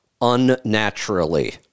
unnaturally